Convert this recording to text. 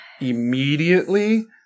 immediately